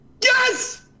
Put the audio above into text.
Yes